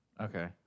Okay